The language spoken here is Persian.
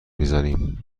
میزنیم